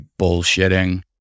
bullshitting